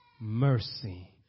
mercy